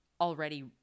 already